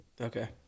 Okay